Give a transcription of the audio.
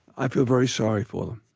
i feel very sorry for them.